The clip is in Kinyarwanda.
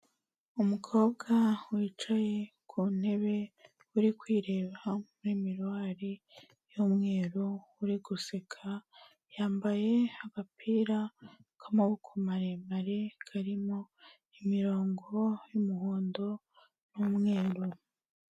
Umukobwa wicaye ku ntebe uri kwireba muri miruwari y'umweru uri guseka yambaye agapira k'amaboko maremare karimo imirongo y'umuhondo n'umweru.